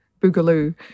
boogaloo